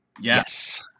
Yes